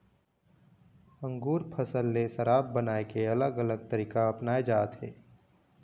अंगुर फसल ले शराब बनाए के अलग अलग तरीका अपनाए जाथे